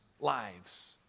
lives